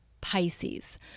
Pisces